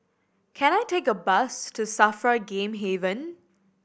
can I take a bus to SAFRA Game Haven